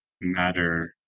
matter